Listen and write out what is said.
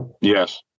yes